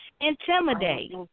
intimidate